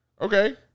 Okay